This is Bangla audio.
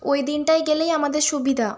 ওই দিনটায় গেলেই আমাদের সুবিধা